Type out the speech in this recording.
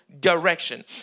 direction